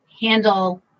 handle